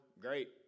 great